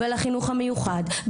על החינוך המיוחד,